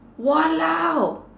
!walao!